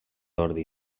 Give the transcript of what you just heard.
ordi